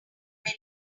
man